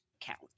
count